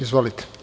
Izvolite.